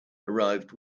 arrived